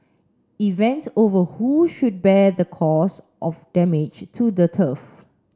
event over who should bear the cost of damage to the turf